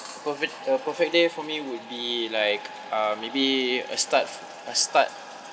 perfect uh perfect day for me would be like uh maybe a start a start